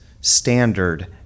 standard